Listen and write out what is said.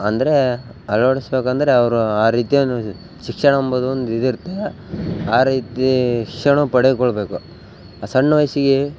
ಅಂದರೆ ಅಳವಡಿಸಬೇಕಂದರೆ ಅವರು ಆ ರೀತಿ ಶಿಕ್ಷಣ ಅಂಬುದು ಒಂದು ಇದು ಇರ್ತ ಆ ರೀತೀ ಶಿಕ್ಷಣ ಪಡೆದ್ಕೊಳ್ಳಬೇಕು ಆ ಸಣ್ಣ ವಯಸ್ಸಿಗೆ